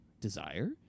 Desire